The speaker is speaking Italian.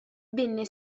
venne